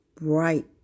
bright